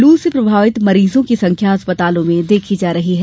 लू से प्रभावित मरीजों की संख्या अस्पतालों में देखी जा रही है